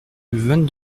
vingt